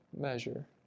measure